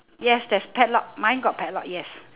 yes there's padlock mine got padlock yes